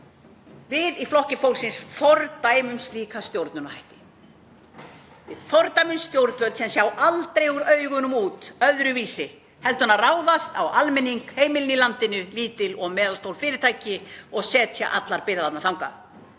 Við í Flokki fólksins fordæmum slíka stjórnunarhætti. Við fordæmum stjórnvöld sem sjá aldrei úr augunum út öðruvísi heldur en að ráðast á almenning, heimilin í landinu, lítil og meðalstór fyrirtæki og setja allar byrðarnar þangað.